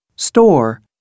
Store